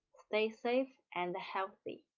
stay safe and healthy.